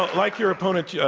like your opponent, yeah